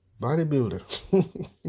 bodybuilder